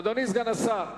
אדוני סגן השר,